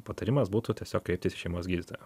patarimas būtų tiesiog kreiptis į šeimos gydytoją